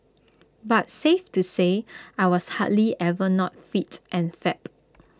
but safe to say I was hardly ever not fit and fab